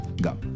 Go